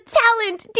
talent